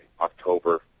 October